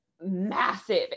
massive